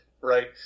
right